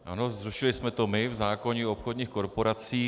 Ano, zrušili jsme to my v zákonu o obchodních korporacích.